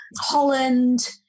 Holland